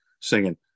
singing